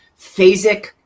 phasic